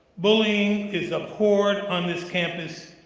bullying is abhorred on this campus,